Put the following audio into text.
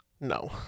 No